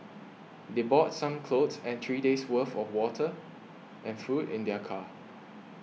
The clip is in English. they brought some clothes and three days' worth of water and food in their car